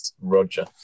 Roger